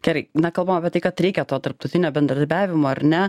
gerai na kalbam apie tai kad reikia to tarptautinio bendradarbiavimo ar ne